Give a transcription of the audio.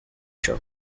show